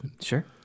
Sure